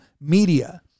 media